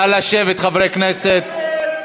נא לשבת, חברי הכנסת.